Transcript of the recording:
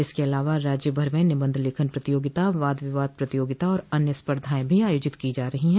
इसके अलावा राज्य भर में निबंध लेखन प्रतियोगिता वाद विवाद प्रतियोगिता और अन्य स्पर्धाएं भी आयोजित की जा रही है